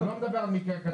אני לא מדבר על מקרה כזה.